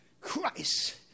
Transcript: Christ